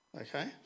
Okay